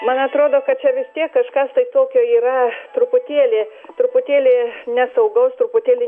man atrodo kad čia vis tiek kažkas tai tokio yra truputėlį truputėlį nesaugaus truputėlį